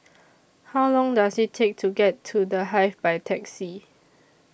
How Long Does IT Take to get to The Hive By Taxi